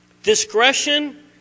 Discretion